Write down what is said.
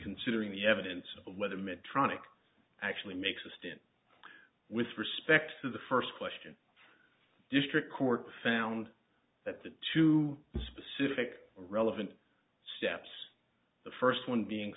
considering the evidence of whether medtronic actually makes a stand with respect to the first question district court found that the two specific relevant steps the first one being